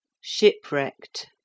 shipwrecked